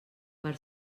per